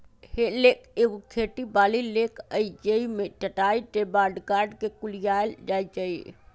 हे रेक एगो खेती बारी रेक हइ जाहिमे कटाई के बाद घास के कुरियायल जाइ छइ